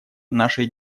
нашей